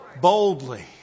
boldly